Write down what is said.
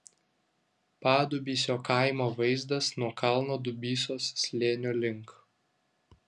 padubysio kaimo vaizdas nuo kalno dubysos slėnio link